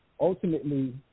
ultimately